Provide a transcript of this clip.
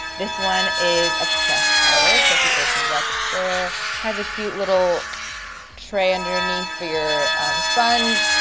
this one is a pressed powder, so if you opened it up its there has a cute little tray underneath for your sponge.